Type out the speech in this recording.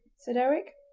said eric.